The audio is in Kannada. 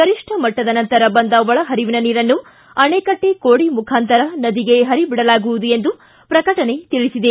ಗರಿಷ್ಠ ಮಟ್ಟದ ನಂತರ ಬಂದ ಒಳಹರಿವಿನ ನೀರನ್ನು ಆಣೆಕಟ್ಟೆ ಕೋಡಿ ಮುಖಾಂತರ ನದಿಗೆ ಪರಿಬಿಡಲಾಗುವುದು ಎಂದು ಪ್ರಕಟಣೆ ತಿಳಿಸಿದೆ